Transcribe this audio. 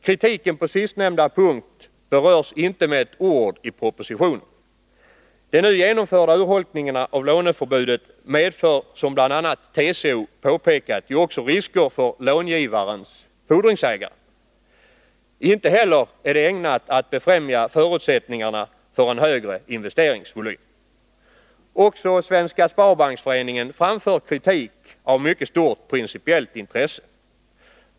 Kritiken på den sistnämnda punkten berörs inte med ett enda ord i propositionen. De nu genomförda urholkningarna av låneförbudet medför, som bl.a. TCO påpekat, också risker för långivarens fordringsägare. Inte heller detta är ägnat att befrämja förutsättningarna för en högre investeringsvolym. Också Svenska Sparbanksföreningen framför kritik av mycket stort principiellt intresse.